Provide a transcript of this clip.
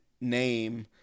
name